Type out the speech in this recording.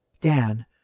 Dan